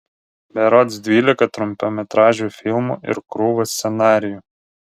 berods dvylika trumpametražių filmų ir krūva scenarijų